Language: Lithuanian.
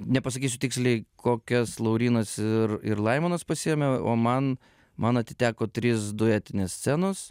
nepasakysiu tiksliai kokias laurynas ir ir laimonas pasiėmė o man man atiteko trys duetinės scenos